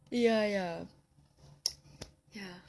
ya ya ya